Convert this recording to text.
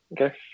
Okay